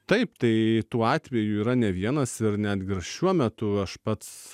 taip tai tų atvejų yra ne vienas ir netgi ir šiuo metu aš pats